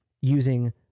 using